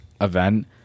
event